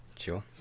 sure